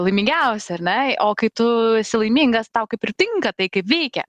laimingiausi ar ne o kai tu esi laimingas tau kaip pritinka tai kaip veikia